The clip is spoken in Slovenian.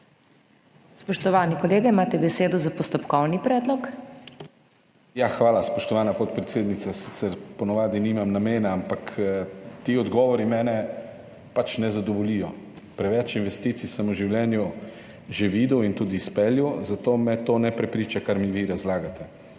Spoštovani kolega, imate besedo za postopkovni predlog. **DANIJEL KRIVEC (PS SDS):** Hvala, spoštovana podpredsednica Sicer po navadi nimam namena, ampak ti odgovori mene pač ne zadovoljijo. Preveč investicij sem v življenju že videl in tudi izpeljal, zato me ne prepriča to, kar mi vi razlagate.